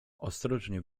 ostrożnie